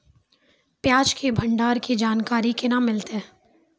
प्याज के भंडारण के जानकारी केना मिलतै?